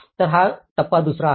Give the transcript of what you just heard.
तर हा टप्पा 2 आहे